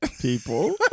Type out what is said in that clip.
people